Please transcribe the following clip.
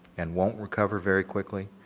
and won't recover very quickly.